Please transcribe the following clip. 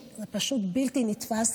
זה פשוט בלתי נתפס.